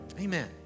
Amen